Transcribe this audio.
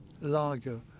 Largo